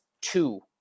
two